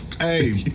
Hey